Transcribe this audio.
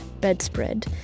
bedspread